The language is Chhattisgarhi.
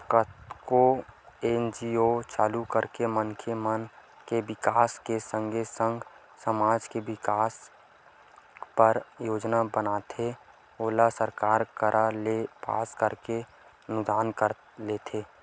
कतको एन.जी.ओ चालू करके मनखे मन के बिकास के संगे संग समाज के बिकास बर योजना बनाथे ओला सरकार करा ले पास कराके अनुदान लेथे